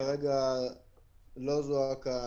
כרגע לא זו הכוונה.